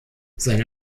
seine